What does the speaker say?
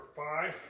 five